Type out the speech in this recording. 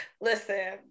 listen